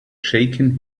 shaken